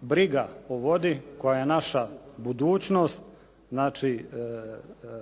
briga o vodi koja je naša budućnost znači